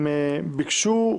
הם ביקשו,